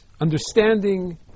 understanding